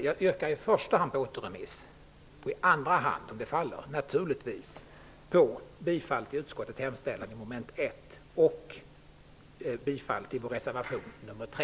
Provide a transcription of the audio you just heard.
Jag yrkar i första hand på återremiss och i andra hand -- om det yrkandet faller -- på bifall till utskottets hemställan i mom. 1 och bifall till vår reservation, nr 3.